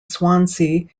swansea